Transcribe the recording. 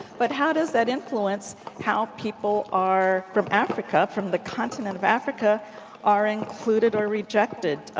but how does that influence how people are from africa from the continent of africa are included or rejected?